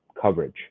coverage